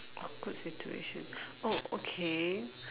awkward situation oh okay